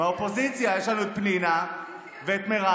מהאופוזיציה, יש לנו פנינה ומירב.